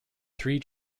three